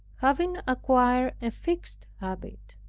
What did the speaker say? having acquired a fixed habit.